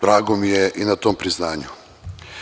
Drago mi je zbog tog priznanja.